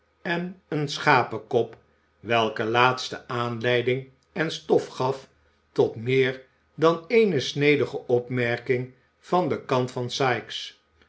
en een schapekop welke laatste aanleiding en stof gaf tot meer dan eene snedige opmerking van den kant van sikes